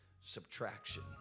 subtraction